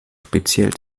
speziell